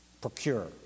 Procure